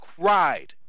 cried